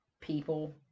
people